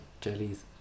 jellies